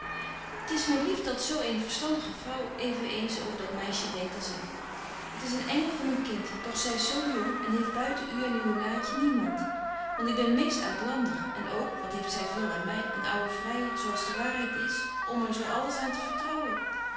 t is my lief dat zo eene verstandige vrouw even eens over dat meisje denkt als ik t is een engel van een kind doch zy is zo jong en heeft buiten u en uwe naatje niemand want ik ben meest uitlandig en ook wat heeft zy veel aan my een ouden vryer zo als de waarheid is om er zo alles aan te vertrouwen